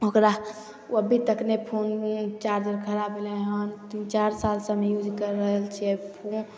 ओकरा ओ अभी तक नहि फोन चार्जर खराब भेलै हन तीन चारि साल सऽ हम यूज कर रहल छियै ओकरा